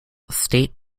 state